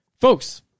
folks